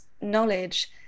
knowledge